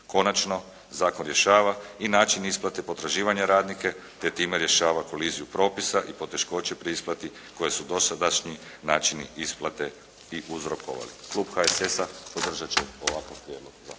Konačno zakon rješava i način isplate potraživanja radnika te time rješava koliziju propisa i poteškoće pri isplati koje su dosadašnji načini isplate i uzrokovali. Klub HSS-a podržati će ovakav prijedlog